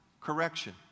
correction